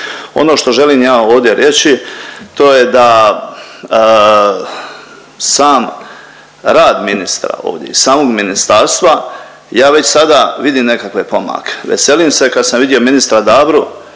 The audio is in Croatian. Ono što želim ja ovdje reći to je da sam rad ministra ovdje i samog ministarstva ja već sada vidim nekakve pomake. Veselim se kad sam vidio ministra Dabru